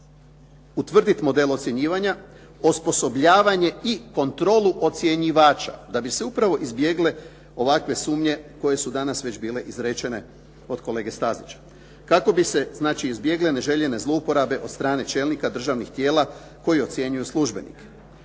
utvrditi model ocjenjivanja, osposobljavanje i kontrolu ocjenjivača da bi se upravo izbjegle ovakve sumnje koje su danas već bile izrečene od kolege Stazića. Kako bi se znači izbjegle neželjene zlouporabe od strane čelnika državnih tijela koji ocjenjuju službenike.